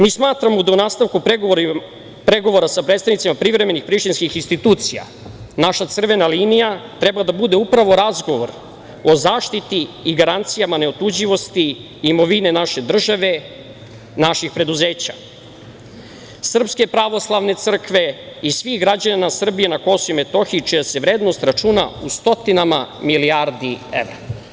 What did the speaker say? Mi smatramo da u nastavku pregovora sa predstavnicima privremenih prištinskih institucija naša crvena linija treba da bude upravo razgovor o zaštiti i garancijama neotuđivosti imovine naše države, naših preduzeća, Srpske pravoslavne crkve i svih građana Srbije na Kosovu i Metohiji čija se vrednost računa u stotinama milijardi evra.